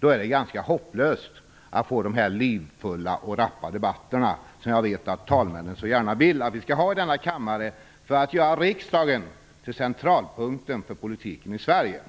är det ganska hopplöst att få dessa livfulla och rappa debatter som vi vet att talmännen gärna vill att vi skall ha i denna kammare för att göra riksdagen till centralpunkten för politiken i Sverige.